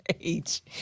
age